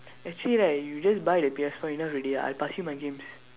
actually right you just buy the P_S four enough already I pass you my games